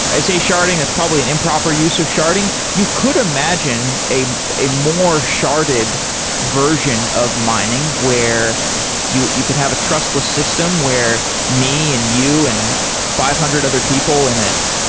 i say sharding, that's probably an improper use of sharding. you could imagine a a more sharded version of mining, where you you could have a trustless system, where me and you and five hundred other people in it,